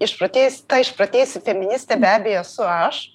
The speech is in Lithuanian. išprotėjus ta išprotėjusi feministė be abejo esu aš